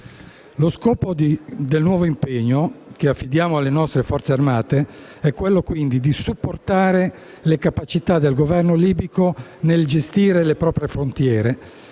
Lo scopo del nuovo impegno, che affidiamo alle nostre forze armate, è di supportare le capacità del Governo libico nel gestire le proprie frontiere